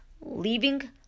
leaving